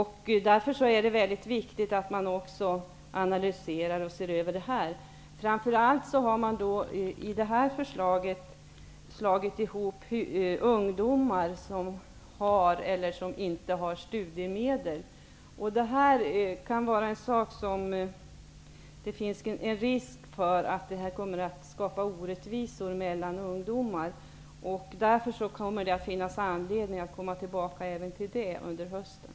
Därför är det väldigt viktigt att man också analyserar och ser över det. Framför allt har man i förslaget slagit ihop ungdomar som har och sådana som inte har studiemedel. Det är en sak där det finns en risk för att man skapar orättvisor mellan ungdomar. Därför kommer det att finnas anledning att återkomma även till det under hösten.